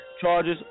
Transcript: charges